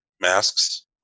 masks